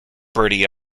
bertie